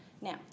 Now